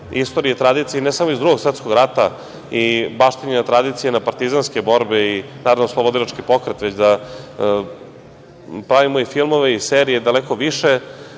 istoriji i tradiciji, ne samo iz Drugog svetskog rata i baštinjenja tradicije na partizanske borbe i narodnooslobodilački pokret, već da pravimo i filmove i serije daleko više